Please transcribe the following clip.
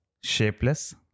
shapeless